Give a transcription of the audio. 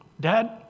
dad